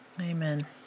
Amen